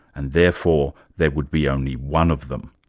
and therefore there would be only one of them.